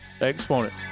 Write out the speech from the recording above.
Exponent